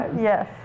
yes